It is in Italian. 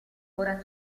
ora